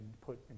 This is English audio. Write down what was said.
put